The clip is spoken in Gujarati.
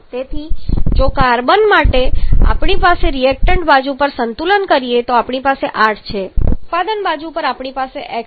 તેથી કાર્બન માટે જો આપણે રિએક્ટન્ટ બાજુ પર સંતુલન કરીએ તો આપણી પાસે 8 છે ઉત્પાદન બાજુ પર આપણી પાસે x છે